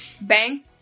bang